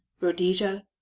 rhodesia